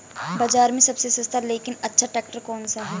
बाज़ार में सबसे सस्ता लेकिन अच्छा ट्रैक्टर कौनसा है?